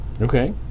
Okay